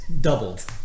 doubled